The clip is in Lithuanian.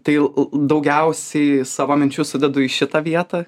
tai daugiausiai savo minčių sudedu į šitą vietą